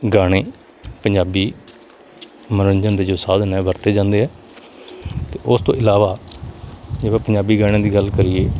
ਗਾਣੇ ਪੰਜਾਬੀ ਮਨੋਰੰਜਨ ਦੇ ਜੋ ਸਾਧਨ ਹੈ ਵਰਤੇ ਜਾਂਦੇ ਹੈ ਅਤੇ ਉਸ ਤੋਂ ਇਲਾਵਾ ਜੇ ਆਪਾਂ ਪੰਜਾਬੀ ਗਾਣਿਆਂ ਦੀ ਗੱਲ ਕਰੀਏ